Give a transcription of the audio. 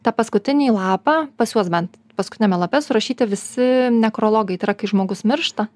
tą paskutinį lapą pas juos bent paskutiniame lape surašyti visi nekrologai tai yra kai žmogus miršta